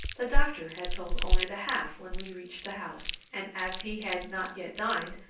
the doctor had told only the half when we reached the house, and as he had not yet dined,